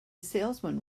salesman